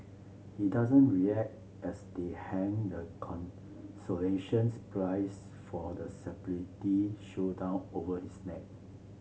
he doesn't react as they hang the consolations prize for the showdown over his neck